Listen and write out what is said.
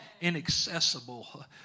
inaccessible